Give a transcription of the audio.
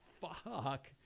fuck